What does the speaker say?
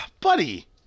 buddy